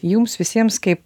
jums visiems kaip